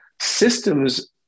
Systems